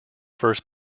first